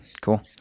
cool